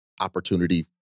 opportunity